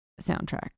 soundtrack